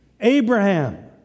Abraham